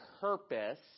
purpose